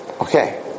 Okay